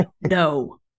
no